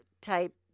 type